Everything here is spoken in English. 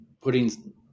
putting